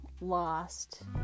lost